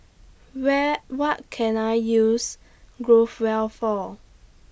Where What Can I use Growell For